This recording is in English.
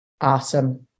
awesome